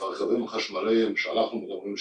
הרכבים החשמליים שאנחנו מדברים,